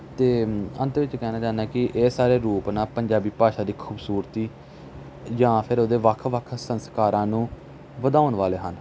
ਅਤੇ ਅੰਤ ਵਿੱਚ ਕਹਿਣਾ ਚਾਹੁੰਦਾ ਕਿ ਇਹ ਸਾਰੇ ਰੂਪ ਨਾ ਪੰਜਾਬੀ ਭਾਸ਼ਾ ਦੀ ਖੂਬਸੂਰਤੀ ਜਾਂ ਫਿਰ ਉਹਦੇ ਵੱਖ ਵੱਖ ਸੰਸਕਾਰਾਂ ਨੂੰ ਵਧਾਉਣ ਵਾਲੇ ਹਨ